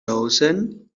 lawson